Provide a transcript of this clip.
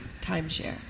timeshare